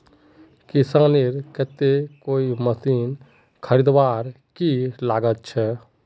किसानेर केते कोई मशीन खरीदवार की लागत छे?